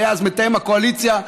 שהיה אז מתאם הקואליציה,